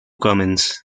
cummings